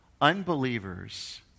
unbelievers